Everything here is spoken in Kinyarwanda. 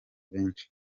benshi